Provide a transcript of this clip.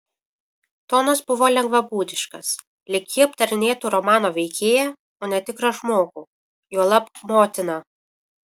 tonas buvo lengvabūdiškas lyg ji aptarinėtų romano veikėją o ne tikrą žmogų juolab motiną